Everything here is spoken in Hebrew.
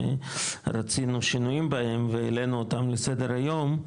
ורצינו שינויים בהם והעלינו אותם לסדר היום,